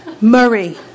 Murray